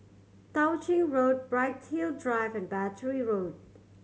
Tao Ching Road Bright Hill Drive and Battery Road